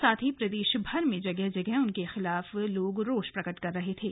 साथ ही प्रदेश भर में जगह जगह उनके खिलाफ लोग रोष प्रकट कर रहे थे